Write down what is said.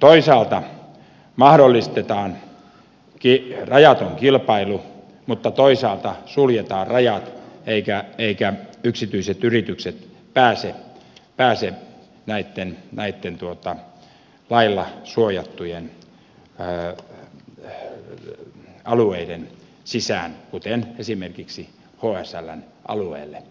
toisaalta mahdollistetaan rajaton kilpailu mutta toisaalta suljetaan rajat eivätkä yksityiset yritykset pääse näitten lailla suojattujen alueiden sisään kuten esimerkiksi hsln alueelle